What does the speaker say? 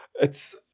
it's-